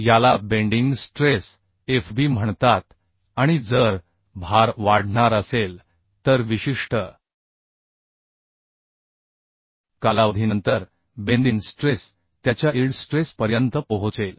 याला bending stress FB म्हणतात आणि जर भार वाढणार असेल तर विशिष्ट कालावधीनंतर बेंदिन स्ट्रेस त्याच्या इल्ड स्ट्रेस पर्यंत पोहोचेल